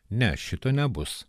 ne šito nebus